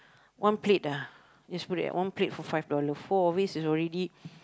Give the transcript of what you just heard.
one plate ah let's put it at one plate for five dollar four of it is already